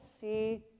see